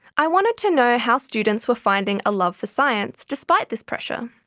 i wanted to know how students were finding a love for science despite this pressure,